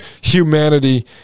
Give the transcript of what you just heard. humanity